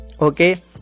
okay